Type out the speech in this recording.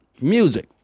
music